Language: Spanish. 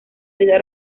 vida